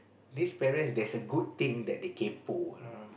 these parents there's a good thing that they kaypoh